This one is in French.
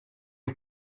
aux